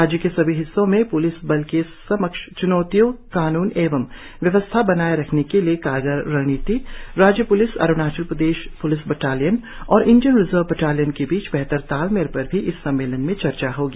राज्य के सभी हिस्सों में प्लिस बल के समक्ष च्नौतियां कानून एवं व्यवस्था वनाए रखने के लिए कारगर रणनीति राज्य police Arunachal Pradesh police battalion और इंडियन रिजर्व बटालियन के बीच बेहतर तालमेल पर भी इस सम्मेलन चर्चा होगी